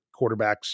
quarterbacks